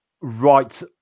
right